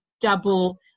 double